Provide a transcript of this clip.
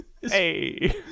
Hey